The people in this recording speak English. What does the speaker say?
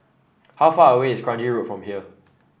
how far away is Kranji Road from here